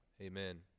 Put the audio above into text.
Amen